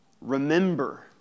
Remember